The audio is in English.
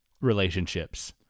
relationships